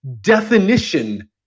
definition